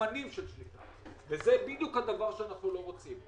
סממנים של שליטה, שזה בדיוק הדבר שאנחנו לא רוצים.